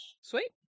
Sweet